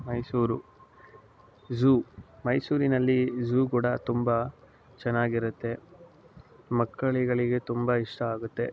Mysuru zoo ಮೈಸೂರಿನಲ್ಲಿ zoo ಕೂಡ ತುಂಬ ಚೆನ್ನಾಗಿರುತ್ತೆ ಮಕ್ಕಳಿಗಳಿಗೆ ತುಂಬ ಇಷ್ಟ ಆಗುತ್ತೆ